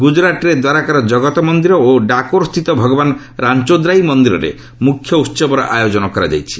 ଗୁଜରାଟରେ ଦ୍ୱାରକାର କଗତ ମନ୍ଦିର ଓ ଡାକୋରସ୍ଥିତ ଭଗବାନ ରାଞ୍ଚୋଦ୍ରାଇ ମନ୍ଦିରରେ ମୁଖ୍ୟ ଉହବର ଆୟୋଜନ କରାଯାଇଛି